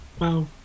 Wow